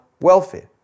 welfare